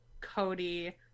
cody